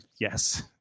yes